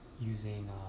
using